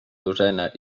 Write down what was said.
dosena